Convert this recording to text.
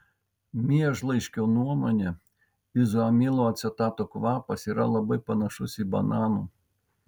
miežlaiškio nuomone izoamilo acetato kvapas yra labai panašus į bananų